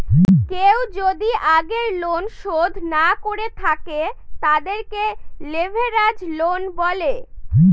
কেউ যদি আগের লোন শোধ না করে থাকে, তাদেরকে লেভেরাজ লোন বলে